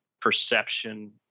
perception